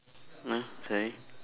nothing